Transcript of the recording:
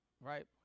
right